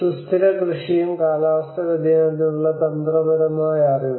സുസ്ഥിര കൃഷിയും കാലാവസ്ഥാ വ്യതിയാനത്തിനുള്ള തന്ത്രപരമായ അറിവും